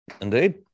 indeed